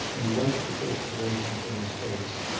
and wiped the perspiration from his face.